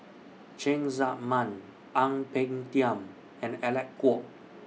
Cheng Tsang Man Ang Peng Tiam and Alec Kuok